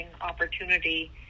opportunity